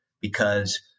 because-